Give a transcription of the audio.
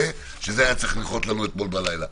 שזה היה צריך לנחות לנו אתמול בלילה.